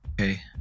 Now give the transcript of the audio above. Okay